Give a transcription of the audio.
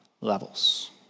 levels